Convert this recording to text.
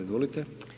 Izvolite.